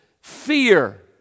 fear